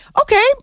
okay